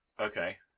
Okay